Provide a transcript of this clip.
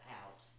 out